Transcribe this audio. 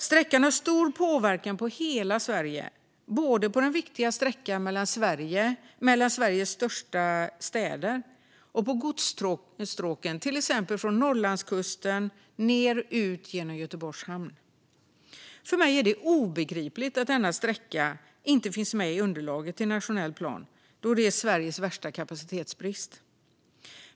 Sträckan har stor påverkan på hela Sverige, både på den viktiga sträckan mellan Sveriges största städer och på godsstråken, till exempel från Norrlandskusten ned ut genom Göteborgs Hamn. För mig är det obegripligt att denna sträcka inte finns med i underlaget till nationell plan eftersom den utgör Sveriges värsta kapacitetsbrist.